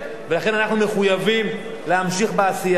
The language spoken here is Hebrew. ולכן אנחנו מחויבים להמשיך בעשייה.